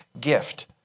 gift